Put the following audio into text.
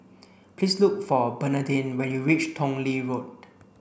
please look for Bernadine when you reach Tong Lee Road